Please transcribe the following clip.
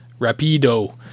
rapido